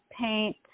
paint